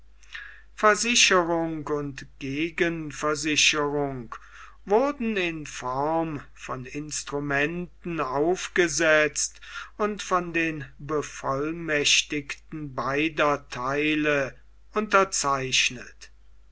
versicherung und gegenversicherung wurden in form von instrumenten aufgesetzt und von den bevollmächtigten beider theile unterzeichnet